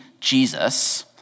Jesus